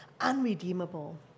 unredeemable